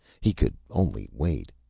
he could only wait.